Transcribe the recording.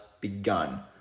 begun